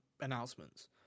announcements